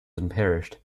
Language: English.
unparished